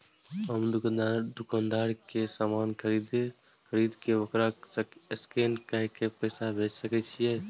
हम दुकानदार के समान खरीद के वकरा कोड स्कैन काय के पैसा भेज सके छिए?